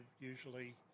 usually –